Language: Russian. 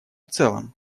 целом